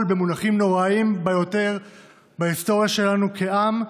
במונחים הנוראיים ביותר בהיסטוריה שלנו כעם.